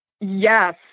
Yes